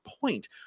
point